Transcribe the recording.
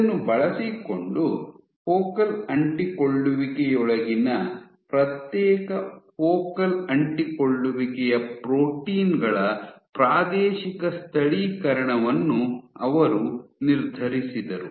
ಇದನ್ನು ಬಳಸಿಕೊಂಡು ಫೋಕಲ್ ಅಂಟಿಕೊಳ್ಳುವಿಕೆಯೊಳಗಿನ ಪ್ರತ್ಯೇಕ ಫೋಕಲ್ ಅಂಟಿಕೊಳ್ಳುವಿಕೆಯ ಪ್ರೋಟೀನ್ ಗಳ ಪ್ರಾದೇಶಿಕ ಸ್ಥಳೀಕರಣವನ್ನು ಅವರು ನಿರ್ಧರಿಸಿದರು